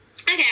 Okay